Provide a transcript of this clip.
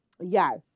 Yes